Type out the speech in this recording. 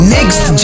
Next